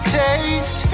taste